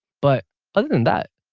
but other than that,